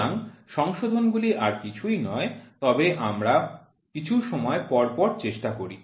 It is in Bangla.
সুতরাং সংশোধনগুলি আর কিছুই নয় তবে আমরা কিছু সময় পরপর চেষ্টা করি